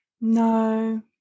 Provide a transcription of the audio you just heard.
No